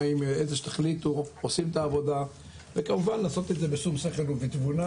מים איזה שתחליטו עושים את העבודה וכמובן לעשות את זה בשום שכל ובתבונה,